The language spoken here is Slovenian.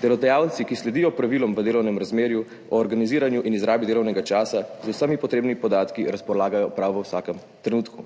Delodajalci, ki sledijo pravilom v delovnem razmerju o organiziranju in izrabi delovnega časa, z vsemi potrebnimi podatki razpolagajo prav v vsakem trenutku.